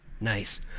Nice